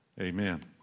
Amen